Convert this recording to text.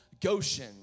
Goshen